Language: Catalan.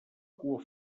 cua